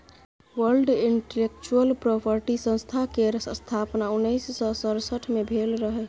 world intellectual property संस्था केर स्थापना उन्नैस सय सड़सठ मे भेल रहय